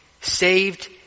saved